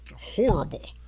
horrible